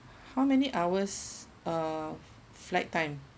how many hours uh flight time